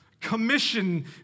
commission